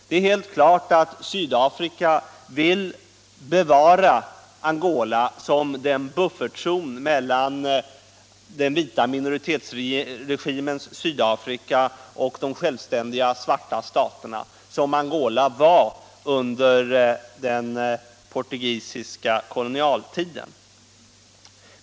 Det är helt klart att Sydafrika vill bevara Angola som en buffertzon — mellan den vita minoritetsregimens Sydafrika — Om svenska initiativ och de självständiga svarta staterna — som Angola var under den por = till förmån för tugisiska kolonialtiden.